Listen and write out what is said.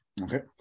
Okay